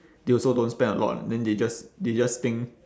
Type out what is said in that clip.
they also don't spend a lot then they just they just think